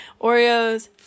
Oreos